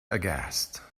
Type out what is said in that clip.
aghast